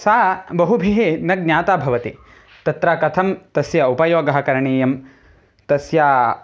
सा बहुभिः न ज्ञाता भवति तत्र कथं तस्य उपयोगः करणीयं तस्याः